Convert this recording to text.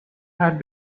had